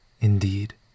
indeed